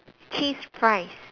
cheese fries